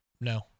No